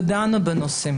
ודנו בנושא.